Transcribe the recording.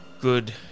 Good